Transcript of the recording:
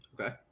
okay